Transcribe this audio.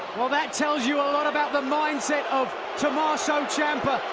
well, that tells you a lot about the mindset of tommaso ciampa.